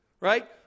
right